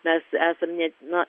mes esam ne na